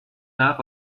nach